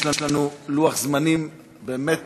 חברי הכנסת, יש לנו לוח-זמנים, באמת